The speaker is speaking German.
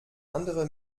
andere